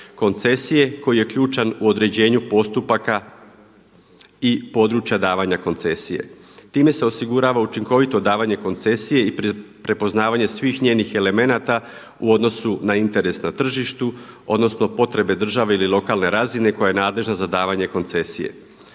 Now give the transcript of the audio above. koncesije koji je ključan u određenju postupaka i područja davanja koncesije. Time se osigurava učinkovito davanje koncesije i prepoznavanje svih njenih elemenata u odnosu na interes na tržištu, odnosno potrebe države ili lokalne razine koja je nadležna za davanje koncesije.